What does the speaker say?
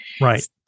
Right